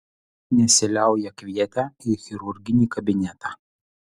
nesiliauja kvietę į chirurginį kabinetą